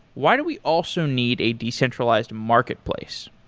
why do we also need a decentralized marketplace?